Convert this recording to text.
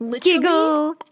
Giggle